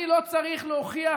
אני לא צריך להוכיח